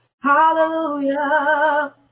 Hallelujah